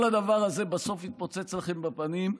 כל הדבר הזה בסוף יתפוצץ לכם בפנים,